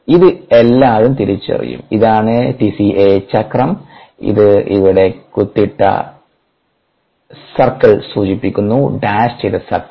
ഇത് എല്ലാരും തിരിച്ചറിയും ഇതാണ് ടിസിഎ ചക്രം ഇത് ഇവിടെ കുത്തിട്ട ഇട്ട സർക്കിൾ സൂചിപ്പിക്കുന്നു ഡാഷ് ചെയ്ത സർക്കിൾ